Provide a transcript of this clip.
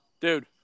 dude